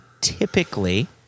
typically